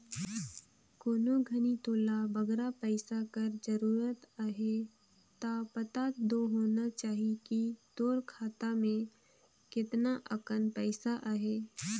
कोनो घनी तोला बगरा पइसा कर जरूरत अहे ता पता दो होना चाही कि तोर खाता में केतना अकन पइसा अहे